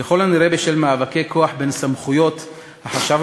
ככל הנראה בשל מאבקי כוח וסמכויות בין החשב